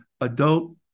adult